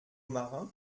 marins